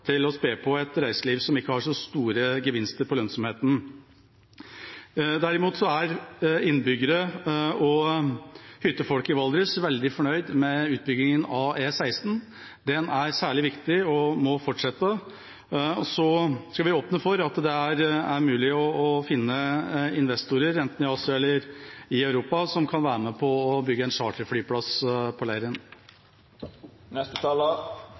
til å spe på et reiseliv som ikke har så store gevinster på lønnsomheten. Derimot er innbyggere og hyttefolket i Valdres veldig fornøyd med utbyggingen av E16. Den er særlig viktig og må fortsette. Så skal vi åpne for at det er mulig å finne investorer, enten i Asia eller i Europa, som kan være med på å bygge en charterflyplass på